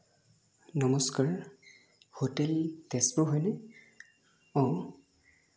নমস্কাৰ হোটেল তেজপুৰ হয়নে অঁ